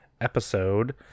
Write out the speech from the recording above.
episode